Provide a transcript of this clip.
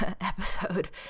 episode